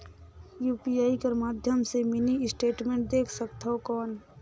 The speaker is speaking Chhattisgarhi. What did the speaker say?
यू.पी.आई कर माध्यम से मिनी स्टेटमेंट देख सकथव कौन?